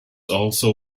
also